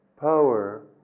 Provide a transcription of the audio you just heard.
Power